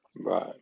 Right